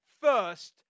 first